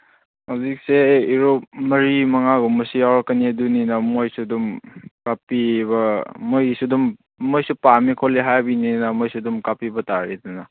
ꯍꯧꯖꯤꯛꯁꯦ ꯏꯔꯨꯞ ꯃꯔꯤ ꯃꯉꯥꯒꯨꯝꯕꯁꯨ ꯌꯥꯎꯔꯛꯀꯅꯤ ꯑꯗꯨꯅꯤꯗ ꯃꯈꯣꯏꯁꯨ ꯑꯗꯨꯝ ꯀꯥꯞꯄꯤꯕ ꯃꯈꯣꯏꯒꯤꯁꯨ ꯑꯗꯨꯝ ꯃꯣꯏꯁꯨ ꯄꯥꯝꯃꯦ ꯈꯣꯠꯂꯦ ꯍꯥꯏꯕꯒꯤꯅꯤꯗ ꯃꯈꯣꯏꯁꯨ ꯑꯗꯨꯝ ꯀꯥꯞꯄꯤꯕ ꯇꯥꯔꯦꯗꯅ